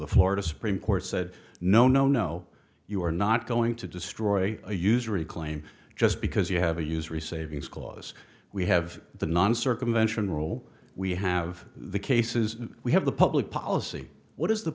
the florida supreme court said no no no you are not going to destroy a usury claim just because you have a usury savings clause we have the non circumvention rule we have the cases we have the public policy what is the